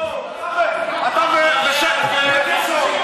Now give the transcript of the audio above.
אחרי ההצבעה.